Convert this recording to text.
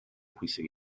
bwysig